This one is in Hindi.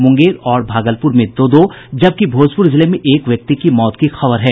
मुंगेर और भागलपुर में दो दो जबकि भोजपुर जिले में एक व्यक्ति की मौत की खबर है